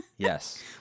Yes